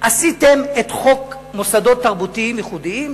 עשיתם את חוק מוסדות תרבותיים ייחודיים,